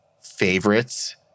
favorites